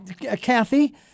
Kathy